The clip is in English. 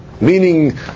meaning